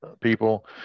people